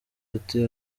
ati